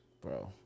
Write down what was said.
Bro